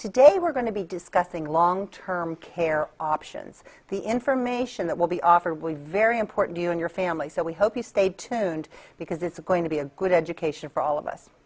today we're going to be discussing long term care options the information that will be offered will be very important to you and your family so we hope you stay tuned because it's going to be a good education for all of us